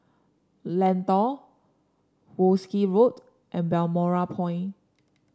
Lentor Wolskel Road and Balmoral Point